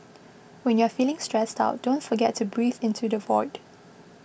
when you are feeling stressed out don't forget to breathe into the void